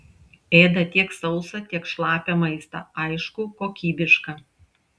ėda tiek sausą tiek šlapią maistą aišku kokybišką